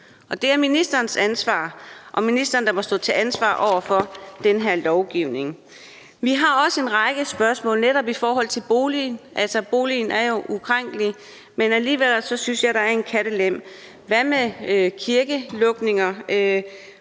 det er ministerens ansvar, og ministeren må stå til ansvar for den her lovgivning. Vi har også en række spørgsmål netop i forhold til boligen. Altså, boligen er jo ukrænkelig. Men alligevel synes jeg, der er en kattelem. Hvad med kirkelukninger?